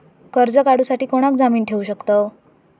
कर्ज काढूसाठी कोणाक जामीन ठेवू शकतव?